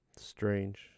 strange